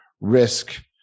risk